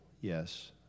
yes